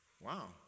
Wow